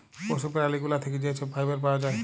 পশু প্যারালি গুলা থ্যাকে যে ছব ফাইবার পাউয়া যায়